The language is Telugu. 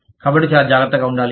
కాబట్టి చాలా జాగ్రత్తగా ఉండాలి